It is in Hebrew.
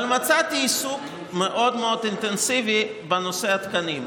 אבל מצאתי עיסוק מאוד מאוד אינטנסיבי בנושא התקנים.